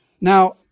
Now